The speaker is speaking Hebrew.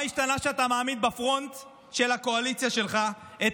מה השתנה שאתה מעמיד בפרונט של הקואליציה שלך את